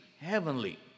heavenly